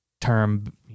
term